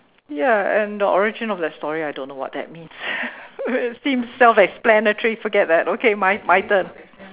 ya and the origin of that story I don't know what that means it seems self explanatory forget that okay my my turn